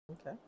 Okay